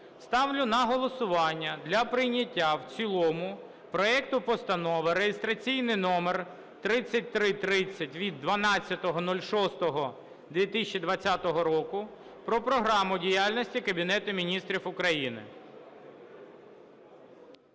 ставлю на голосування для прийняття в цілому проекту Постанови (реєстраційний номер 3330 від 12.06.2020 року) про Програму діяльності Кабінету Міністрів України.